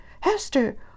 Hester